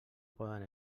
poden